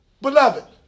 beloved